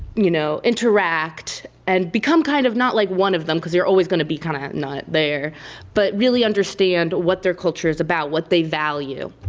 you know, interact and become kind of not, like, one of them because you're always going to be kind of not there but really understand what their culture is about, what they value.